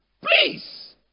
Please